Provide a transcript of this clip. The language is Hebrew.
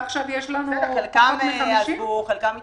חלקם עזבו, חלקם התפשרו.